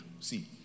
see